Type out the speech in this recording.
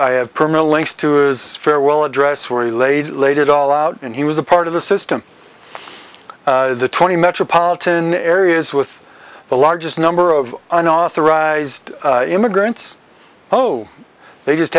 i have permanent links to is farewell address where he laid laid it all out and he was a part of the system the twenty metropolitan areas with the largest number of unauthorized immigrants oh they just